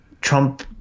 Trump